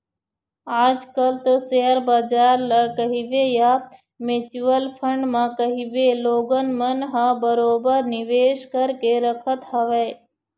आज कल तो सेयर बजार ल कहिबे या म्युचुअल फंड म कहिबे लोगन मन ह बरोबर निवेश करके रखत हवय